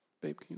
babe